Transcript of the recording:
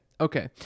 okay